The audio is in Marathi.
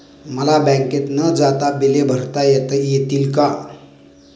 मला बँकेत न जाता बिले भरता येतील का?